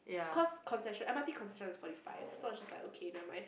cause concession M_R_T concession is forty five so I was just like okay never mind